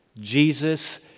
Jesus